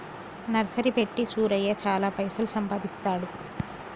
nursery పెట్టి సూరయ్య చాల పైసలు సంపాదిస్తాండు